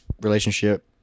relationship